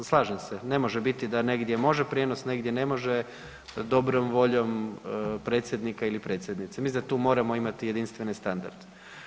Slažem se, ne može biti da negdje može prijenos, negdje ne može dobrom voljom predsjednika ili predsjednice, mislim da tu moramo imati jedinstveni standard.